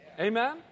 amen